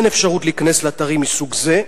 אין אפשרות להיכנס לאתרים מסוג זה.